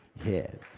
head